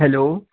hello